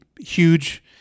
huge